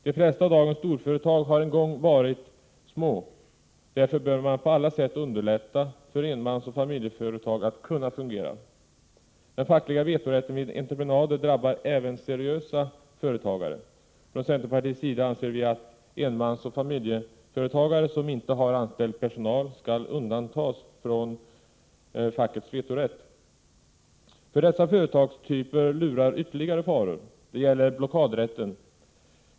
De flesta av dagens storföretag har en gång varit små. Därför bör på alla sätt enmansoch familjeföretags möjligheter att fungera förbättras. Den fackliga vetorätten vid entreprenader drabbar även seriösa företagare. Från centerpartiets sida anser vi att enmansoch familjeföretagare som inte har anställd personal skall undantas från fackets vetorätt. För dessa företagstyper lurar ytterligare faror. Det gäller blockadrätten.